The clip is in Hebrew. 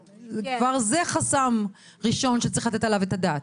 כבר זה חסם ראשון שצריך לתת עליו את הדעת.